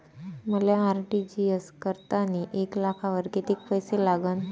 मले आर.टी.जी.एस करतांनी एक लाखावर कितीक पैसे लागन?